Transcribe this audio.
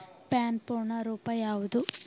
PAN ಪೂರ್ಣ ರೂಪ ಯಾವುದು?